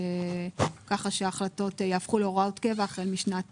ככה שההחלטות יהפכו להוראות קבע החל משנת